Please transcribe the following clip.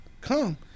come